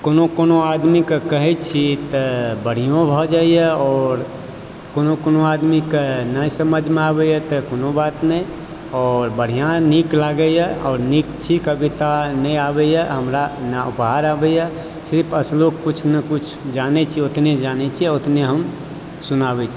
कोनो कोनो आदमी के कहै छी तऽ बढ़ियो भऽ जाइए आओर कोनो कोनो आदमी के नहि समझ मे आबैए तऽ कोनो बात नहि आओर बढ़िऑं नीक लागै यऽ आओर नीक छी कविता नहि आबैया हमरा ने उपहार आबैया सिर्फ अस्लोक किछु ने किछु जानै छी ओतने जानै छियै आ ओतने हम सुनाबै छी